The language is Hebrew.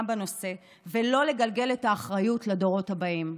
בנושא ולא לגלגל את האחריות לדורות הבאים.